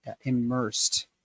immersed